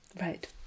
Right